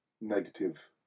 negative